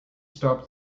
stop